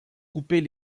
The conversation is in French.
couper